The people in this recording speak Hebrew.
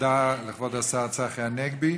תודה לכבוד השר צחי הנגבי.